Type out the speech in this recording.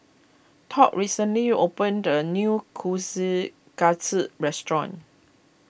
Todd recently opened a new Kushikatsu restaurant